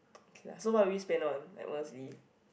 okay lah so what will you spend on like honestly